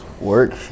Work